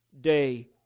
day